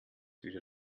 wieder